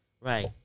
right